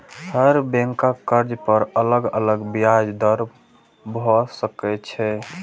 हर बैंकक कर्ज पर अलग अलग ब्याज दर भए सकै छै